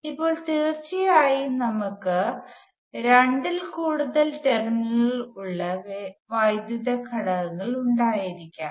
ഇപ്പോൾ തീർച്ചയായും നമുക്ക് രണ്ടിൽ കൂടുതൽ ടെർമിനലുകൾ ഉള്ള വൈദ്യുത ഘടകങ്ങൾ ഉണ്ടായിരിക്കാം